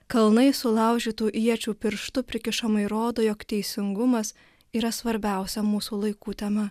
kalnai sulaužytų iečių pirštu prikišamai rodo jog teisingumas yra svarbiausia mūsų laikų tema